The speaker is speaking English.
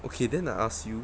okay then I ask you